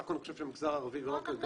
אני חושב שהמגזר הערבי לא רק,